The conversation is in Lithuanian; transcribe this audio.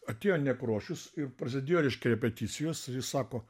atėjo nekrošius ir prasidėjo reiškia repeticijos ir jis sako